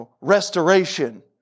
restoration